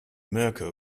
mirco